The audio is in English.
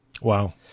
Wow